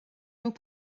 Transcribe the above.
raibh